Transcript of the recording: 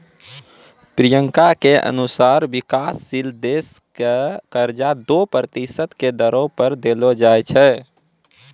प्रियंका के अनुसार विकाशशील देश क कर्जा दो प्रतिशत के दरो पर देलो जाय छै